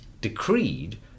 decreed